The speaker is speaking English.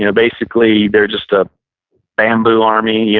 you know basically, they're just a bamboo army. yeah